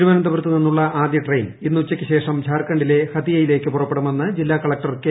തിരുപനന്തപുരത്ത് നിന്നുള്ള ആദ്യ ട്രെയിൻ ഇന്ന് ഉച്ചക്ക് ശേഷം ഝാർഖണ്ഡിലെ ഹതിയയിലേക്ക് പുറപ്പെടുമെന്ന് ജില്ലാ കളക്ടർ കെ